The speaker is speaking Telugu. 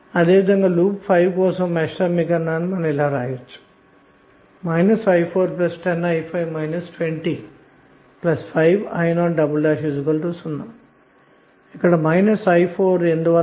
అదేవిధంగాలూప్ 5 కోసం మెష్ సమీకరణాన్ని ఇలా వ్రాయొచ్చు i410i5 205i00 ఇక్కడ i4 ఎందువలన